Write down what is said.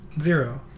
Zero